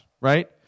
right